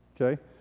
Okay